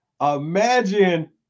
Imagine